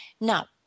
Now